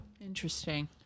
Interesting